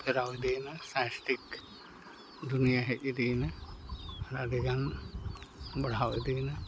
ᱦᱮᱯᱨᱟᱣ ᱤᱫᱤᱭᱮᱱᱟ ᱥᱟᱸᱭᱮᱥᱴᱤᱠ ᱫᱩᱱᱤᱭᱟᱹ ᱦᱮᱡ ᱤᱫᱤᱭᱮᱱᱟ ᱟᱨ ᱟᱹᱰᱤᱜᱟᱱ ᱵᱟᱲᱦᱟᱣ ᱤᱫᱤᱭᱮᱱᱟ